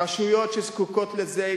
רשויות שזקוקות לזה,